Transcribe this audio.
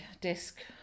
desk